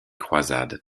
croisades